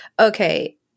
okay